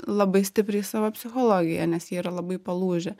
labai stipriai savo psichologiją nes jie yra labai palūžę